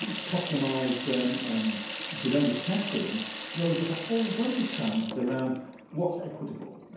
customized genomic testing throws up a whole bunch of challenges around what's equitable?